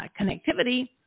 connectivity